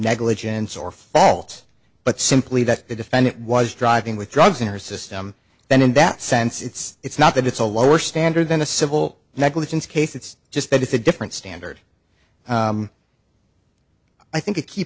negligence or fault but simply that the defendant was driving with drugs in her system then in that sense it's not that it's a lower standard than the civil negligence case it's just that it's a different standard i think a key